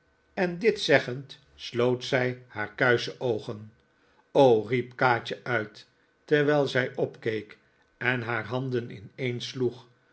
en dit zeggend sloot zij haar kuische oogen riep kaatje uit terwijl zij opkeek en haar handen ineensloegj